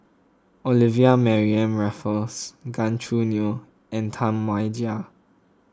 Olivia Mariamne Raffles Gan Choo Neo and Tam Wai Jia